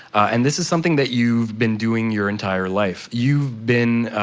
and this is something that you've been doing your entire life. you've been,